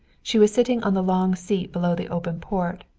she was sitting on the long seat below the open port,